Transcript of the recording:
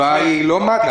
התשובה היא לא מד"א.